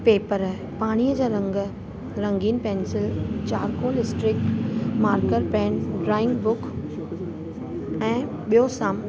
paper पाणीअ जा रंग रंगीन पैंसिल चार्कोल स्ट्रिक मार्कर पैन ड्रॉइंग बुक ऐं ॿियो साम